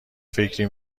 فکر